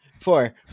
Four